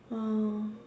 ah